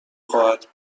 خواهد